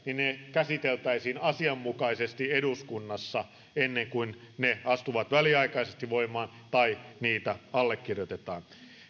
käsiteltäisiin asianmukaisesti eduskunnassa ennen kuin ne astuvat väliaikaisesti voimaan tai niitä allekirjoitetaan